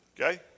Okay